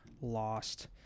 lost